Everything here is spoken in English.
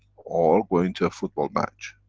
or going to a football match?